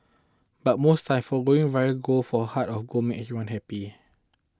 but most times foregoing viral gold for a heart of gold makes everyone happy